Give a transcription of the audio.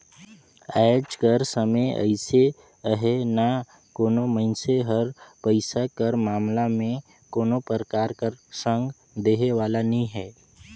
आएज कर समे अइसे अहे ना कोनो मइनसे हर पइसा कर मामला में कोनो परकार कर संग देहे वाला नी हे